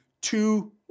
two